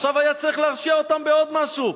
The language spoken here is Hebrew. ועכשיו היה צריך להרשיע אותם בעוד משהו.